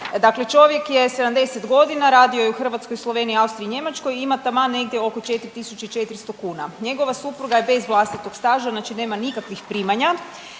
dakle čovjek je 70 godina radio je u Hrvatskoj, Sloveniji, Austriji i Njemačkoj i ima taman negdje oko 4.400 kuna. Njegova supruga je vlastitog staža znači nema nikakvih primanja